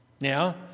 Now